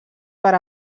per